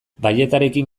balletarekin